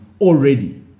already